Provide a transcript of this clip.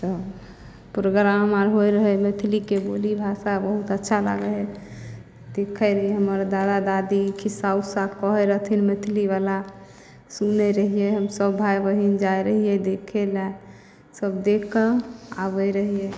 तऽ प्रोग्राम आर होइ रहै मैथलीके बोली भाषा बहुत अच्छा लागै है सिखै रहियै हमर दादा दादी खिस्सा उस्सा कहै रहथिन मैथलीबला सुनै रहियै हमसब सब भाय बहीन जाइ रहियै देखेलए सब देखकऽ आबै रहियै